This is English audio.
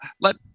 let